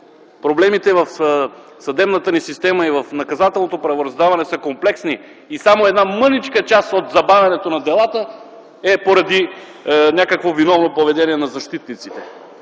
Проблемите в съдебната ни система и в наказателното правораздаване са комплексни и само една мъничка част от забавянето на делата е поради някакво виновно поведение на защитниците.